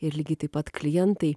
ir lygiai taip pat klientai